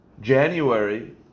January